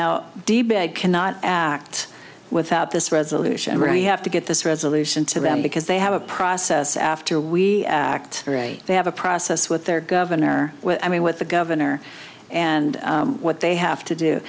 bag cannot act without this resolution really have to get this resolution to them because they have a process after one we act very they have a process with their governor i mean with the governor and what they have to do